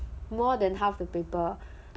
more than half the paper